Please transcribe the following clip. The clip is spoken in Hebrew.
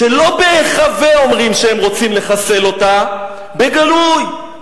שלא בהיחבא אומרים שהם רוצים לחסל אותה, בגלוי,